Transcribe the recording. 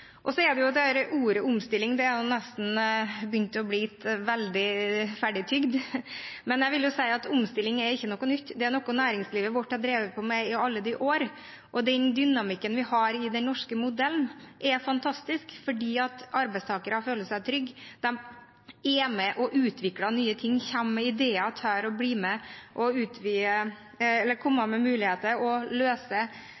og at man gjør mer rundt det nå, for det er akkurat det man trenger for å få til en omstilling. Så begynner jo ordet «omstilling» å bli veldig ferdigtygd. Men omstilling er ikke noe nytt, det er noe næringslivet vårt har drevet på med i alle de år, og den dynamikken vi har i den norske modellen, er fantastisk, fordi arbeidstakere føler seg trygge, de er med og utvikler nye ting, kommer med ideer og tør å bli med og